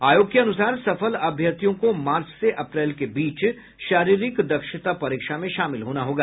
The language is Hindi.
आयोग के अनुसार सफल अभ्यर्थियों को मार्च से अप्रैल के बीच शारीरिक दक्षता परीक्षा में शामिल होना होगा